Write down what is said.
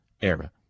era